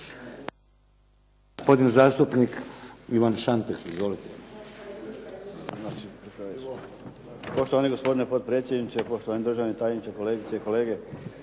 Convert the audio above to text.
gospodin zastupnik Ivan Šantek. Izvolite.